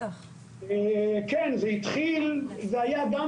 13:30 בדיוק